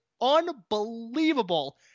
unbelievable